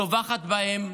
טובחת בהם,